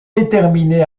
déterminé